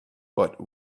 but